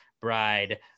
Bride